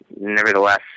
nevertheless